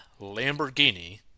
Lamborghini